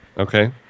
Okay